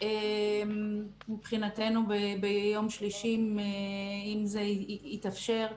מבחינתנו ביום שלישי אם זה יתאפשר.